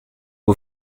aux